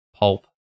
pulp